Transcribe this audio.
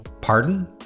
pardon